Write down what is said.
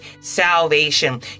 salvation